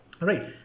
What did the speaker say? Right